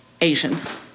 Asians